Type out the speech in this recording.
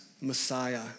Messiah